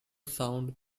sound